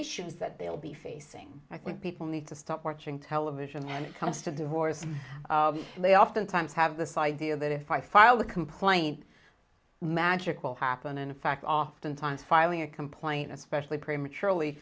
issues that they'll be facing i think people need to stop watching television and it comes to divorce they oftentimes have this idea that if i file the complaint magic will happen and in fact often times filing a complaint especially prematurely